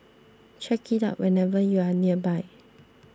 check it out whenever you are nearby